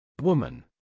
woman